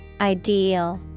Ideal